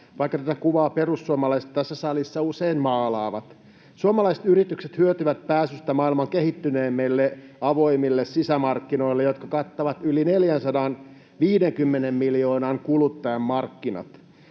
vaikka tätä kuvaa perussuomalaiset tässä salissa usein maalaavat. Suomalaiset yritykset hyötyvät pääsystä maailman kehittyneimmille avoimille sisämarkkinoille, jotka kattavat yli 450 miljoonan kuluttajan markkinat.